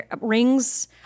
rings